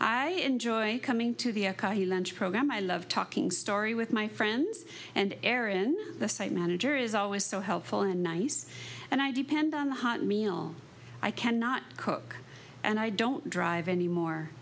i enjoy coming to the lunch program i love talking story with my friends and aaron the site manager is always so helpful and nice and i depend on the hot meal i cannot cook and i don't drive anymore